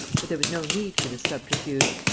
but there was no need for this subterfuge.